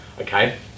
okay